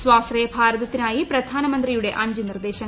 സ്വാശ്രയ ഭാരതത്തിനായി പ്രധാദ്നൂമന്ത്രിയുടെ അഞ്ച് നിർദ്ദേശങ്ങൾ